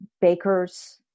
Bakers